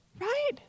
right